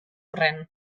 hurren